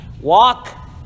Walk